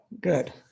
good